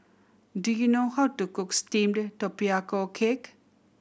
do you know how to cook steamed tapioca cake